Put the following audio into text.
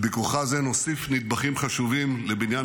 בביקורך זה נוסיף נדבכים חשובים לבניין